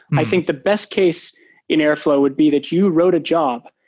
i think the best case in airflow would be that you wrote a job,